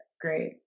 great